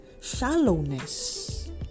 shallowness